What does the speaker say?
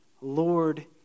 Lord